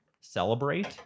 celebrate